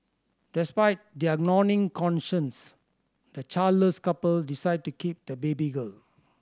despite their gnawing conscience the childless couple decide to keep the baby girl